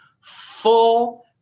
full